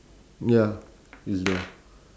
ya it's there